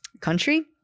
country